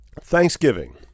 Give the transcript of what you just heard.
Thanksgiving